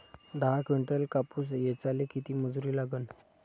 दहा किंटल कापूस ऐचायले किती मजूरी लागन?